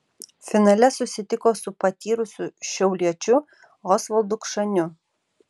finale susitiko su patyrusiu šiauliečiu osvaldu kšaniu